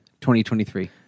2023